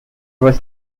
was